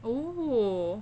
oh